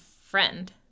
friend